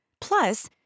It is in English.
Plus